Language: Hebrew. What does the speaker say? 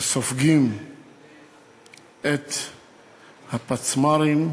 שסופגים את הפצמ"רים,